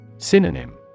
Synonym